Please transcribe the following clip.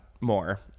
more